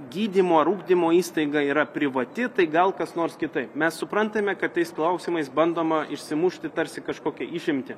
gydymo ar ugdymo įstaiga yra privati tai gal kas nors kitaip mes suprantame kad tais klausimais bandoma išsimušti tarsi kažkokią išimtį